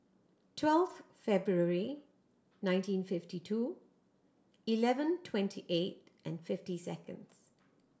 twelfth February nineteen fifty two eleven twenty eight and fifty seconds